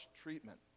treatment